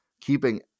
keeping